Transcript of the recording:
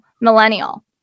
millennial